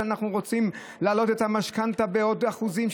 שאנחנו רוצים להעלות את המשכנתה בעוד אחוזים,